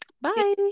bye